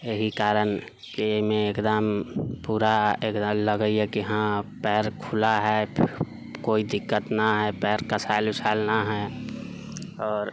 एहि कारण कि एहिमे एकदम पूरा एकदम लगैया कि हँ पैर खुला है कोइ दिक्कत न है पैर कसायल वसायल न है आओर